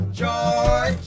joy